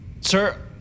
Sir